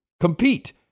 compete